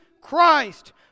Christ